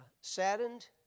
saddened